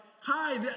hi